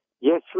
Yes